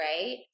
right